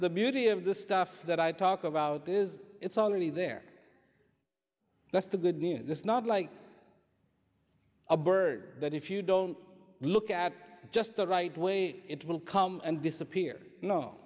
the beauty of the stuff that i talk about is it's already there that's the good news it's not like a bird that if you don't look at just the right way it will come and disappear kno